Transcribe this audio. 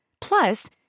Plus